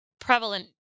prevalent